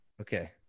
okay